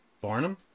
Barnum